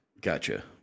Gotcha